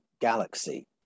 galaxy